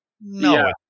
no